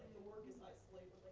is isolated,